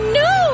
no